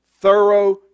thorough